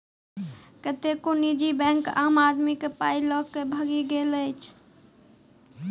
कतेको निजी बैंक आम आदमीक पाइ ल क भागि गेल अछि